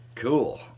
cool